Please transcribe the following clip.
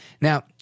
Now